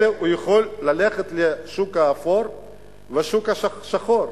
אבל הוא יכול ללכת לשוק האפור ולשוק השחור.